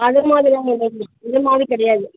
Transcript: அது மாதிரியான கிடையாது அது மாதிரி கிடையாது